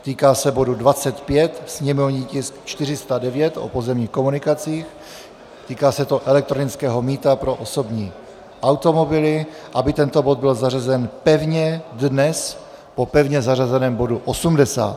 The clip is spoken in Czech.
Týká se bodu 25, sněmovní tisk 409, o pozemních komunikacích, týká se to elektronického mýta pro osobní automobily, aby tento bod byl zařazen pevně dnes po pevně zařazeném bodu 80.